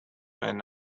when